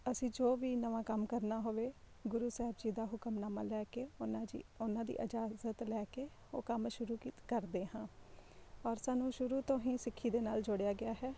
ਅਸੀਂ ਜੋ ਵੀ ਨਵਾਂ ਕੰਮ ਕਰਨਾ ਹੋਵੇ ਗੁਰੂ ਸਾਹਿਬ ਜੀ ਦਾ ਹੁਕਮਨਾਮਾ ਲੈ ਕੇ ਓਹਨਾ ਜੀ ਉਹਨਾਂ ਦੀ ਇਜਾਜ਼ਤ ਲੈ ਕੇ ਉਹ ਕੰਮ ਸ਼ੁਰੂ ਕੀਤ ਕਰਦੇ ਹਾਂ ਔਰ ਸਾਨੂੰ ਸ਼ੁਰੂ ਤੋਂ ਹੀ ਸਿੱਖੀ ਦੇ ਨਾਲ ਜੋੜਿਆ ਗਿਆ ਹੈ